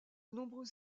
nombreux